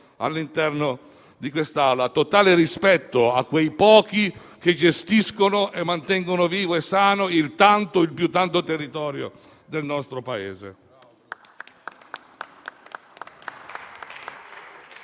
all'interno di quest'Aula. Totale rispetto va a quei pochi che gestiscono e mantengono vivo e sano l'esteso territorio del nostro Paese.